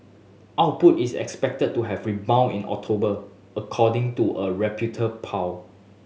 output is expected to have rebound in October according to a Reputer poll